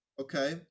okay